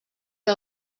que